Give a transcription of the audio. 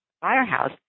firehouse